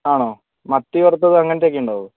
ആണോ മത്തി വറുത്തത് അങ്ങനത്തെ ഒക്കെ ഉണ്ടാകുമോ